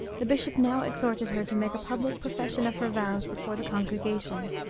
the bishop now exhorted her to make a public profession of her vows before the congregation,